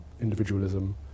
individualism